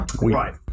Right